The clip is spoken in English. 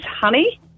honey